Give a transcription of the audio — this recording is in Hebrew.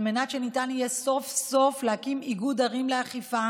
על מנת שניתן יהיה סוף-סוף להקים איגוד ערים לאכיפה